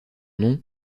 nom